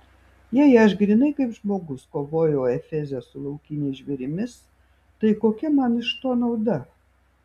jei aš grynai kaip žmogus kovojau efeze su laukiniais žvėrimis tai kokia man iš to nauda